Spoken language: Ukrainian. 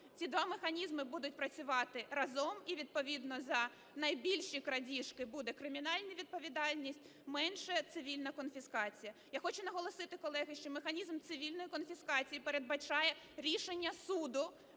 Ці два механізми будуть працювати разом, і відповідно за найбільші крадіжки буде кримінальна відповідальність, менші – цивільна конфіскація. Я хочу наголосити, колеги, що механізм цивільної конфіскації передбачає рішення суду,